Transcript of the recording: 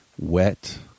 Wet